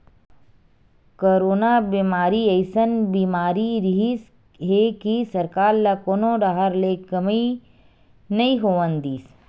corona बेमारी अइसन बीमारी रिहिस हे कि सरकार ल कोनो डाहर ले कमई नइ होवन दिस